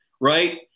right